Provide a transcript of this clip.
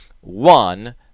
one